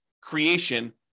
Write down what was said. creation